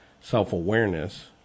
self-awareness